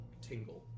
tingle